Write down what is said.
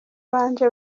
banje